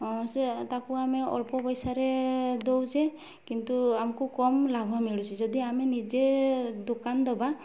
ତାକୁ ଆମେ ଅଳ୍ପ ପଇସାରେ ଦଉଛେ କିନ୍ତୁ ଆମକୁ କମ୍ ଲାଭ ମିଳୁଛି ଯଦି ଆମେ ନିଜେ ଦୋକାନ ଦେବା